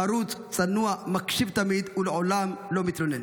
חרוץ, צנוע, מקשיב תמיד ולעולם לא מתלונן.